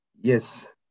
Yes